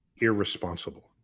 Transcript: irresponsible